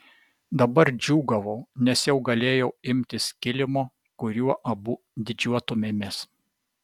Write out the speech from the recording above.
dabar džiūgavau nes jau galėjau imtis kilimo kuriuo abu didžiuotumėmės